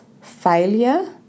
failure